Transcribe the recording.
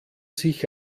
sich